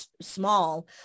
small